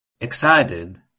Excited